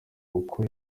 uko